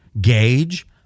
gauge